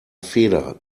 feder